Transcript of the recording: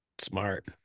Smart